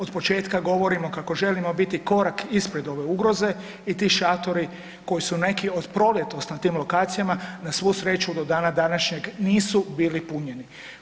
Od početka govorimo kako želimo biti korak ispred ove ugroze i ti šatori koji su neki od proljetos na tim lokacijama na svu sreću do dana današnjeg nisu bili punjeni.